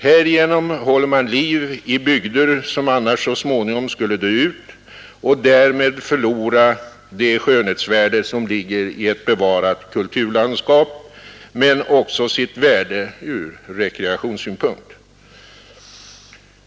Härigenom håller man liv i bygder som annars så småningom skulle dö ut och därmed förlora inte bara det skönhetsvärde som ligger i ett bevarat kulturlandskap utan också sitt värde från rekreationssynpunkt.